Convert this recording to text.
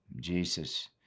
Jesus